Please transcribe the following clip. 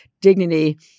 dignity